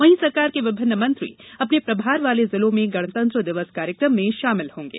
वहीं सरकार के विभिन्न मंत्री अपने प्रमार वाले जिलों में गणतंत्र दिवस कार्यक्रम में शामिल होंगे